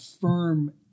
firm